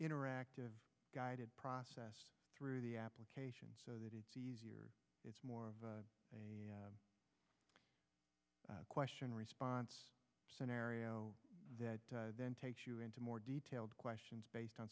interactive guided process through the application so that it's easier it's more a question response scenario that then takes you into more detailed questions based on